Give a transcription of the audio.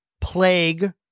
plague